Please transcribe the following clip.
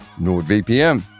NordVPN